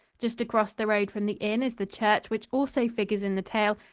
just across the road from the inn is the church which also figures in the tale,